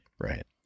right